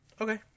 Okay